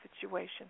situation